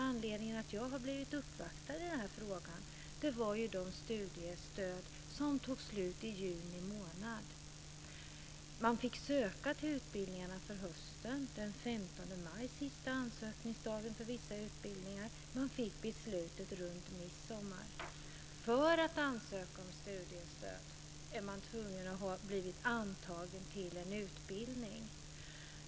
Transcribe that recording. Anledningen till att jag blev uppvaktad i den här frågan var de studiestöd som tog slut i juli månad. Sista ansökningsdagen var för vissa av höstens utbildningar den 15 maj, och beslutet meddelades vid midsommartiden. För att få ansöka om studiestöd måste man vara antagen till en utbildning.